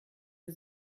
wir